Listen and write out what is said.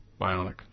Bionic